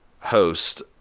host